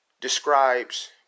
describes